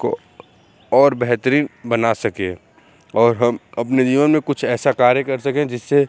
को और बेहतरीन बना सकें और हम अपने जीवन में कुछ ऐसा कार्य कर सकें जिससे